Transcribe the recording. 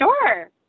Sure